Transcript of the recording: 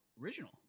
original